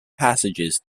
passages